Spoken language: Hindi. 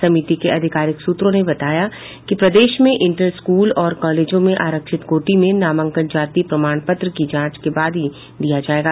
समिति के अधिकारिक सूत्रों ने कहा कि प्रदेश में इंटर स्कूल और कॉलेजों में आरक्षिण कोटी में नामांकन जाति प्रमाण पत्र की जांच के बाद ही दिया जायेगा